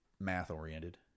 math-oriented